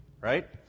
right